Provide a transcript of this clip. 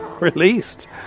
released